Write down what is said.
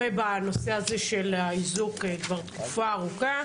בנושא הזה של האיזוק כבר תקופה ארוכה,